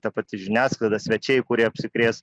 ta pati žiniasklaida svečiai kurie apsikrės